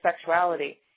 sexuality